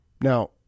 Now